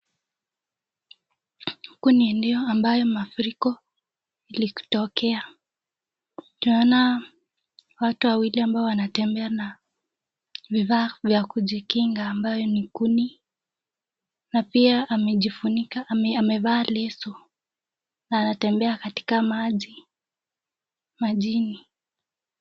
Huku ni eneo ambayo mafuriko ilitokea, tunaona watu wawili ambao wanatembea na vifaa vya kujikinga ambayo ni kuni na pia amejifunika, amevaa leso na anatembea katika maji, majini..